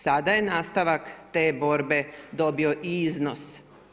Sada je nastavak te borbe dobio i iznos.